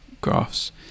graphs